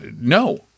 No